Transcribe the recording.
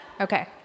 Okay